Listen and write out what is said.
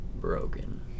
broken